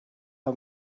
her